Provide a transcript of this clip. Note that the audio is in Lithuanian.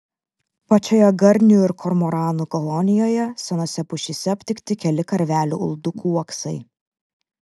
pačioje garnių ir kormoranų kolonijoje senose pušyse aptikti keli karvelių uldukų uoksai